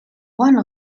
one